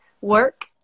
work